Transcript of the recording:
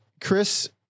Chris